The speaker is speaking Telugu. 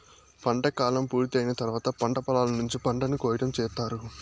పంట కాలం పూర్తి అయిన తర్వాత పంట పొలాల నుంచి పంటను కోయటం చేత్తారు